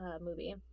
movie